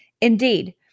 Indeed